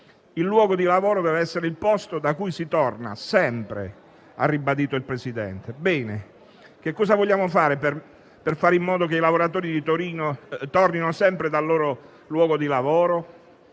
il luogo di lavoro deve essere il posto da cui si torna sempre, ha ribadito il Presidente. Ebbene, che cosa vogliamo fare per assicurare che i lavoratori tornino sempre dal loro luogo di lavoro?